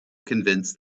convince